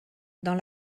dans